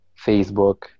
Facebook